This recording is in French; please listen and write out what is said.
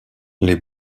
les